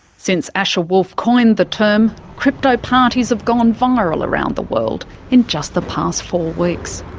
since asher wolf coined the term, crypto parties have gone viral around the world in just the past four weeks.